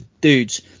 dudes